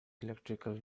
electrical